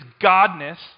godness